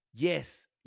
Yes